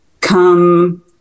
come